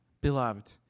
beloved